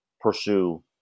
pursue